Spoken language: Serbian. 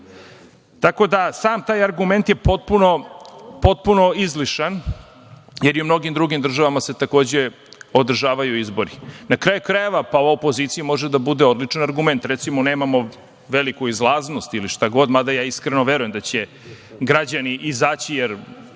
tako. Tako da sam taj argument je potpuno izlišan, jer se u mnogim drugim državama takođe održavaju izbori. Na kraju krajeva, pa opozicija može da bude odličan argument. Recimo, nemamo veliku izlaznost ili šta god, mada ja iskreno verujem da će građani izađi, jer